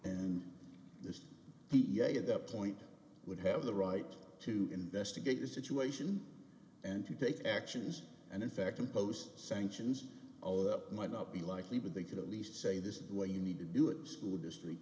and the heat at that point would have the right to investigate the situation and to take actions and in fact impose sanctions might not be likely but they could at least say this is the way you need to do it was school district